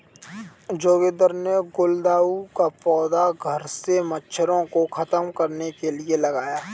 जोगिंदर ने गुलदाउदी का पौधा घर से मच्छरों को खत्म करने के लिए लगाया